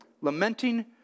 Lamenting